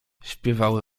śpiewały